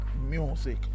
Music